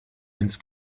ins